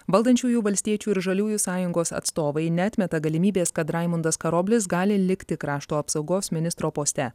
valdančiųjų valstiečių ir žaliųjų sąjungos atstovai neatmeta galimybės kad raimundas karoblis gali likti krašto apsaugos ministro poste